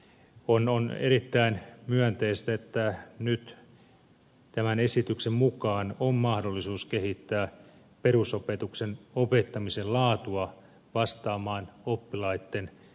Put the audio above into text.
on erittäin myönteistä että nyt tämän esityksen mukaan on mahdollisuus kehittää perusopetuksen opettamisen laatua vastaamaan oppilaitten oppimistarpeita